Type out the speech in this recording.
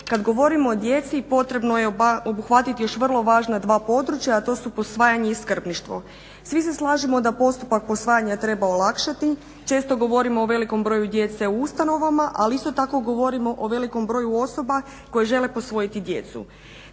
Kada govorimo o djeci potrebno je obuhvatiti još vrlo važna dva područja, a to su posvajanja i skrbništvo. Svi se slažemo da postupak posvajanja treba olakšati, često govorimo o velikom broju djece u ustanovama, ali isto tako govorimo o velikom broju osoba koje žele posvojiti djecu.